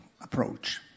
approach